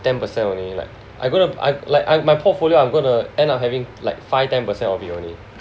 ten percent only like I going to I like my portfolio I'm going to end up having like five ten percent of it only